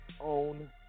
own